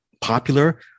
popular